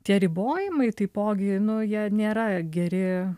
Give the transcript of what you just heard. tie ribojimai taipogi nu jie nėra geri